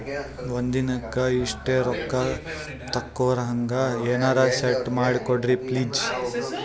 ಒಂದಿನಕ್ಕ ಇಷ್ಟೇ ರೊಕ್ಕ ತಕ್ಕೊಹಂಗ ಎನೆರೆ ಸೆಟ್ ಮಾಡಕೋಡ್ರಿ ಪ್ಲೀಜ್?